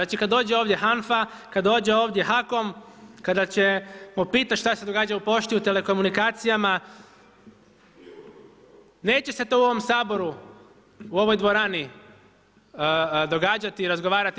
Znači kad dođe ovdje HANFA, kad dođe ovdje HAKOM, kada ćemo pitati što se događa u pošti, u telekomunikacijama neće se to u ovom Saboru, u ovoj dvorani događati i razgovarati i